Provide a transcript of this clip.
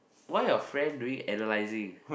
why your friend doing analyzing